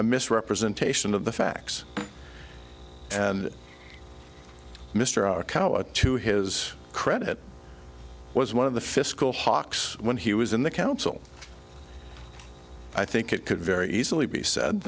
a misrepresentation of the facts and mr r koua to his credit was one of the fiscal hawks when he was in the council i think it could very easily be said